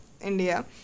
India